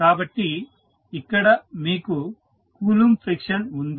కాబట్టి ఇక్కడ మీకు కూలుంబ్ ఫ్రిక్షన్ ఉంది